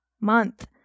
month